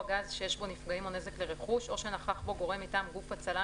גז שיש בו נפגעים או נזק לרכוש או שנכח בו גורם מטעם גוף הצלה,